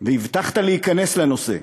והבטחת להיכנס לנושא,